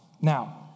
Now